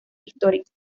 históricas